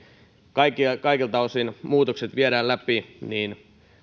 kaikilta osin muutokset viedään läpi niin